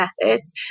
methods